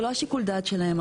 זה לא שיקול הדעת שלהם,